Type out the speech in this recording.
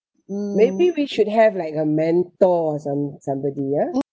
maybe we should have like a mentor or some somebody ah